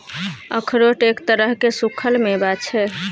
अखरोट एक तरहक सूक्खल मेवा छै